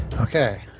Okay